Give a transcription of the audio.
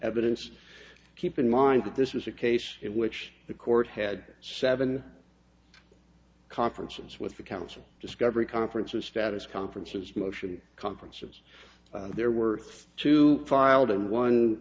evidence keep in mind that this was a case in which the court had seven conferences with the counsel discovery conferences status conferences motion conferences there were two filed in one